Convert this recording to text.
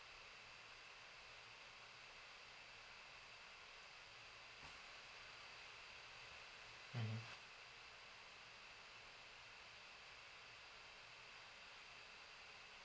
mmhmm